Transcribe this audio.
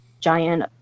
giant